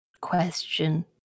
question